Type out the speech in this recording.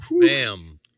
Bam